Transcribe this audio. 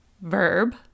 verb